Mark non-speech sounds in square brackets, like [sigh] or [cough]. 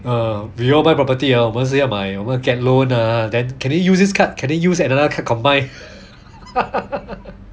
uh 以后要买 property ah 我们是要买我们 get loan ah then can we use this card can they use another card combine [laughs]